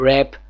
Rap